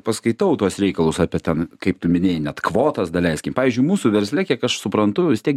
paskaitau tuos reikalus apie ten kaip tu minėjai net kvotas daleiskim pavyzdžiui mūsų versle kiek aš suprantu vis tiek